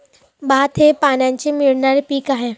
भात हे पाण्याने पिकणारे पीक आहे